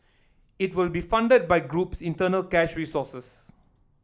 it will be funded by group's internal cash resources